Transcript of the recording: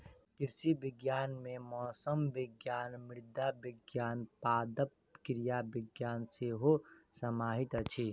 कृषि विज्ञान मे मौसम विज्ञान, मृदा विज्ञान, पादप क्रिया विज्ञान सेहो समाहित अछि